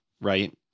Right